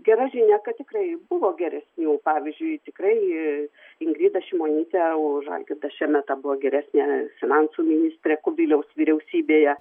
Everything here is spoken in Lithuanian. gera žinia kad tikrai buvo geresnių pavyzdžiui tikrai ingrida šimonytė už algirdą šemetą buvo geresnė finansų ministrė kubiliaus vyriausybėje